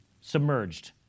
submerged